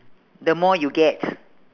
the more you get